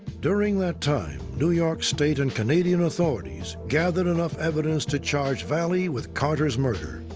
during that time, new york state and canadian authorities gathered enough evidence to charge vallee with carter's murder.